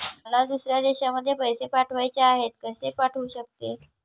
मला दुसऱ्या देशामध्ये पैसे पाठवायचे आहेत कसे पाठवू शकते?